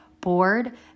bored